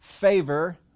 favor